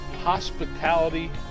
hospitality